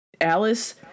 Alice